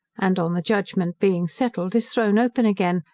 and, on the judgement being settled, is thrown open again,